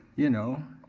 you know,